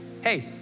hey